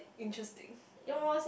interesting